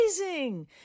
Amazing